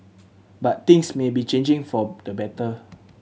but things may be changing for the better